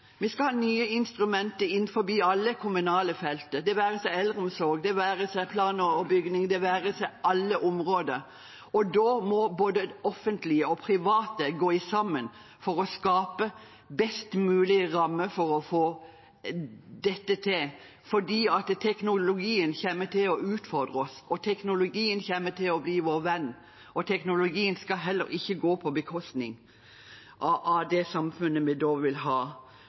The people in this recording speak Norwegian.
Vi skal ha nye instrumenter innen alle kommunale felt, det være seg eldreomsorg, plan og bygging, ja, alle områder. Da må det offentlige og det private gå sammen for å skape best mulig rammer for å få det til, for teknologien kommer til å utfordre oss. Teknologien kommer til å bli vår venn, men den skal heller ikke til å gå på bekostning av det samfunn vi vil ha.